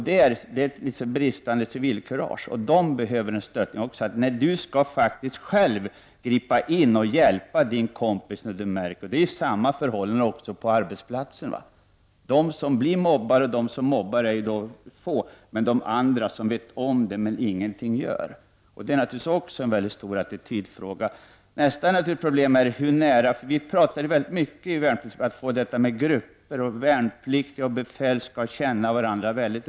De uppvisar ett bristande civilkurage och behöver stöttas när de skall gripa in och hjälpa den kamrat som är utsatt för mobbning. Förhållandet är detsamma ute på arbetsplatserna. Det är få som mobbar och få som blir mobbade, men det är många som känner till att det förekommer mobbning utan att de gör någonting åt saken. Det är naturligtvis också en attitydfråga. Det talas mycket i det militära om hur viktigt det är att olika grupper, värnpliktiga och befäl känner varandra väl.